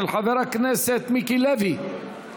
של חבר הכנסת מיקי לוי.